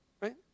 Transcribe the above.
right